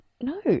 No